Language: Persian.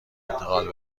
انتقال